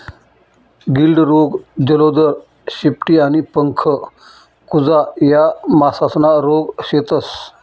गिल्ड रोग, जलोदर, शेपटी आणि पंख कुजा या मासासना रोग शेतस